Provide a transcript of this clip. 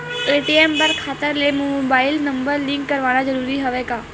ATM बर खाता ले मुबाइल नम्बर लिंक करवाना ज़रूरी हवय का?